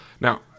Now